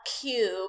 cube